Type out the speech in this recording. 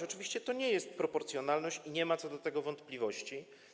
Oczywiście to nie jest proporcjonalność i nie ma co do tego wątpliwości.